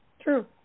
true